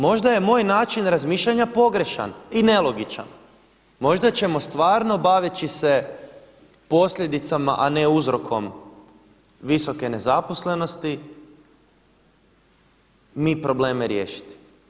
Možda je moj način razmišljanja pogrešan i nelogičan, možda ćemo stvarno baveći se posljedicama, a ne uzrokom visoke nezaposlenosti mi probleme riješiti.